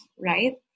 right